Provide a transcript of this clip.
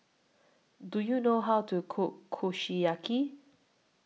Do YOU know How to Cook Kushiyaki